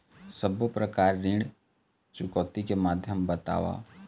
सब्बो प्रकार ऋण चुकौती के माध्यम बताव?